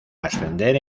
ascender